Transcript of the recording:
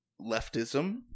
leftism